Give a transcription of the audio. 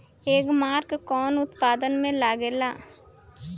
एगमार्क कवने उत्पाद मैं लगेला?